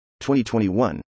2021